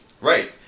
right